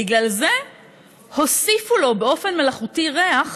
בגלל זה הוסיפו לו באופן מלאכותי ריח,